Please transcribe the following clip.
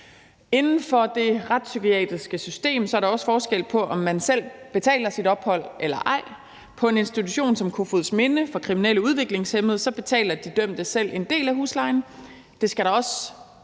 Inden for det retspsykiatriske system er der også forskel på, om man selv betaler sit ophold eller ej. På en institution som Kofoedsminde for kriminelle udviklingshæmmede betaler de dømte selv en del af huslejen.